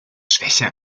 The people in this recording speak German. schwäche